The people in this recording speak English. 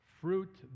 fruit